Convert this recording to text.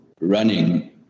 running